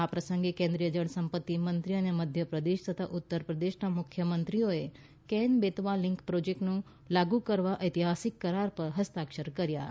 આ પ્રસંગે કેન્દ્રીય જળસંપત્તિ મંત્રી અને મધ્યપ્રદેશ તથા ઉત્તરપ્રદેશના મુખ્યમંત્રીઓએ કેન બેતવા લિંક પ્રોજેક્ટને લાગુ કરવા ઐતિહાસિક કરાર પર ફસ્તાક્ષર કર્યા હતા